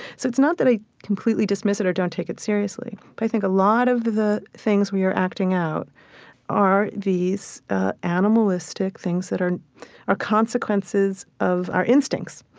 so it's not that i completely dismiss it or don't take it seriously, but i think a lot of the things we are acting out are these animalistic things that are are consequences of our instincts.